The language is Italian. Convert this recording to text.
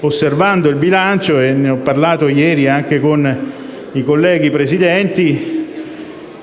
Osservando il bilancio - ne ho parlato ieri anche con i colleghi Presidenti - non posso che